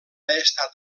estat